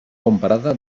comparada